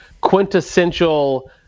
quintessential